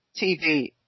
TV